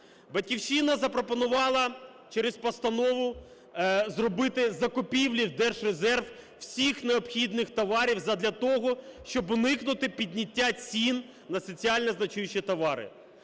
"Батьківщина" запропонувала через постанову зробити закупівлі в Держрезерв всіх необхідних товарів задля того, щоб уникнути підняття цін на соціально значущі товари.